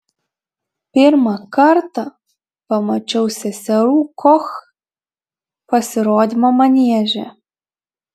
pirmą kartą pamačiau seserų koch pasirodymą manieže